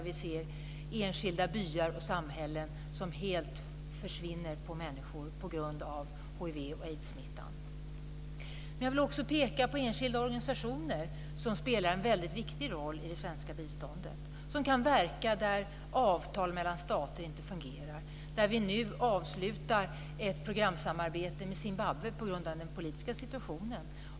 Vi ser enskilda byar och samhällen som helt töms på människor på grund av hiv och aidssmittan. Jag vill också peka på enskilda organisationer, som spelar en mycket viktig roll i det svenska biståndet. De kan verka där avtal mellan stater inte fungerar. Vi avslutar nu ett programsamarbete med Zimbabwe på grund av den politiska situationen.